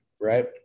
right